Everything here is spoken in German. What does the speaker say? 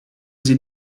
sie